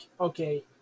okay